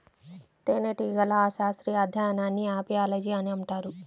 తేనెటీగల శాస్త్రీయ అధ్యయనాన్ని అపియాలజీ అని అంటారు